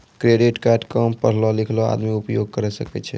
Credit card काम पढलो लिखलो आदमी उपयोग करे सकय छै?